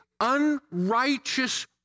unrighteous